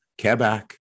Quebec